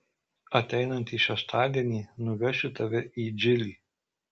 ateinantį šeštadienį nuvešiu tave į džilį